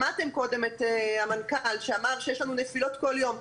שמעתם קודם את המנכ"ל שאמר שיש לנו נפילות כל יום.